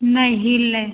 नहीं हील लै